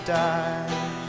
die